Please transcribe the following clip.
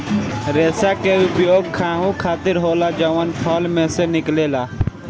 रेसा के उपयोग खाहू खातीर होला जवन फल में से निकलेला